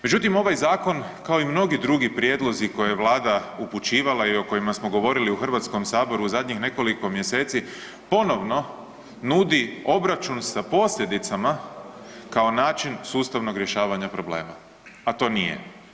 Međutim, ovaj zakon kao i mnogi drugi prijedlozi koje je Vlada upućivala i o kojima smo govorili u Hrvatskom saboru u zadnjih nekoliko mjeseci ponovno nudi obračun sa posljedicama kao način sustavnog rješavanja problema, a to nije.